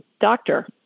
doctor